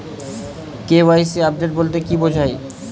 KYC update বলতে কি বোঝায়?